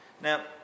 Now